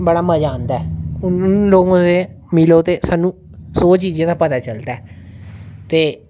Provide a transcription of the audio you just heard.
बड़ा मजा आंदा ऐ उन लोगों से मिलो ते सानू सौ चीजें दा पता चलदा ऐ ते